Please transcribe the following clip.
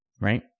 right